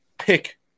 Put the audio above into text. pick